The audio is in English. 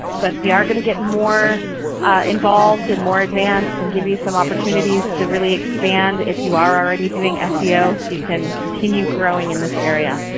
but we are going to get more involved and more advanced and give you some opportunities to really expand, if you are already doing seo, so you can continue growing in this area.